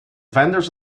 vendors